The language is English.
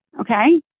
okay